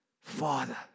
Father